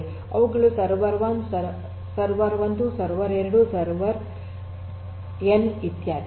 ಅವುಗಳು server 1 server 2 server N ಇತ್ಯಾದಿ